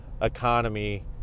Economy